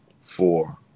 four